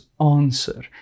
answer